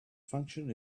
function